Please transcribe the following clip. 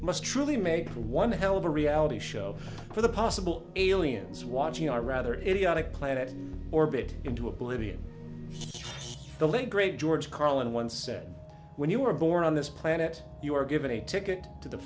must truly made one hell of a reality show for the possible aliens watching our rather idiotic planet orbit into oblivion the late great george carlin once said when you are born on this planet you are given a ticket to the